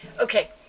Okay